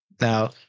Now